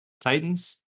Titans